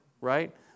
right